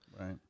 Right